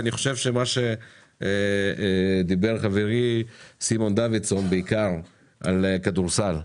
אני חושב שמה שדיבר חברי סימון דוידסון בעיקר על כדורסל,